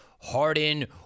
Harden